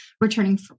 returning